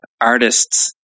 artists